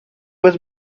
was